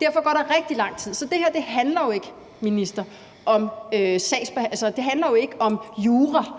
Derfor går der rigtig lang tid. Så det her handler jo ikke om jura;